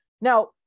Now